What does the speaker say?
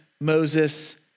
Moses